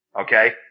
Okay